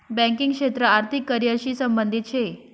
banking क्षेत्र आर्थिक career शी संबंधित शे